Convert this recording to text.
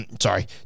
Sorry